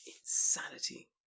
Insanity